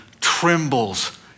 trembles